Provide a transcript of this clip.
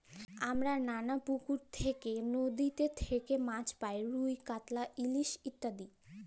হামরা লালা পুকুর থেক্যে, লদীতে থেক্যে মাছ পাই রুই, কাতলা, ইলিশ ইত্যাদি